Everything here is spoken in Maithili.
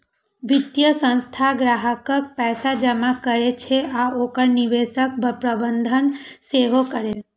वित्तीय संस्थान ग्राहकक पैसा जमा करै छै आ ओकर निवेशक प्रबंधन सेहो करै छै